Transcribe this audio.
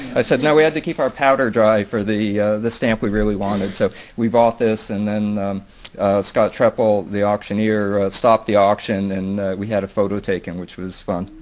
i said now we had to keep our powder dry for the the stamp we really wanted. so we bought this and then scott trepel, the auctioneer, stopped the auction and we had a photo taken which was fun.